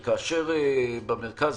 במרכז,